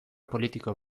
politiko